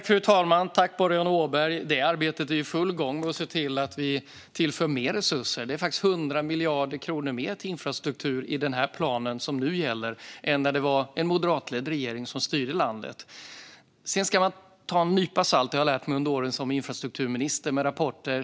Fru talman! Arbetet med att se till att vi tillför mer resurser är i full gång. Det är faktiskt 100 miljarder kronor mer till infrastruktur i den plan som nu gäller än när det var en moderatledd regering som styrde landet. Under åren som infrastrukturminister har jag lärt mig att man ska ta rapporter med en nypa salt.